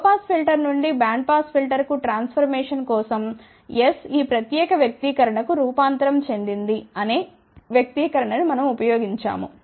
లో pass filter నుండి band pass filter కు ట్రాన్ఫర్మేషన్ కోసం S ఈ ప్రత్యేక వ్యక్తీకరణ కు రూపాంతరం చెందింది అనే వ్యక్తీకరణ ను మనం ఉపయోగించాము